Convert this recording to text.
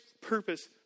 purpose